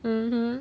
mmhmm